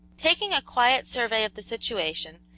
taking a quiet survey of the situation,